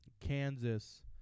Kansas